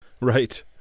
Right